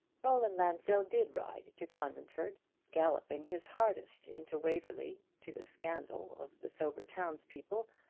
roland lansdell did ride to conventford galloping his hardest into waverly, to the scandal of the sober townspeople,